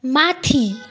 माथि